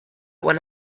one